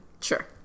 Sure